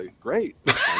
Great